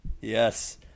yes